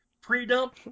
pre-dump